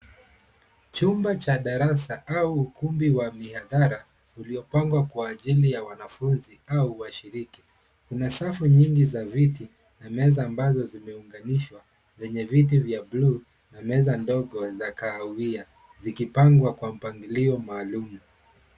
Chumba cha darasa au ukumbi wa miadhara uliopangwa kwa ajili ya wanafunzi au washiriki. Kuna safu nyingi ya viti na meza ambazo zimeunganishwa zenye viti vya buluu na meza ndogo za kahawia zikipangwa kwa mpangilio maalum.